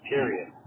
Period